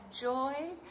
joy